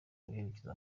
guherekeza